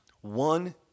One